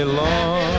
long